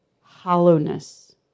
hollowness